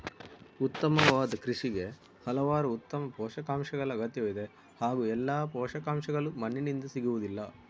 ಉತ್ತಮವಾದ ಕೃಷಿಗೆ ಹಲವಾರು ಉತ್ತಮ ಪೋಷಕಾಂಶಗಳ ಅಗತ್ಯವಿದೆ ಹಾಗೂ ಎಲ್ಲಾ ಪೋಷಕಾಂಶಗಳು ಮಣ್ಣಿನಿಂದ ಸಿಗುವುದಿಲ್ಲ